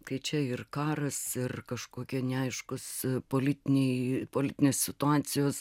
kai čia ir karas ir kažkokie neaiškūs politiniai politinės situacijos